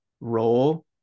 role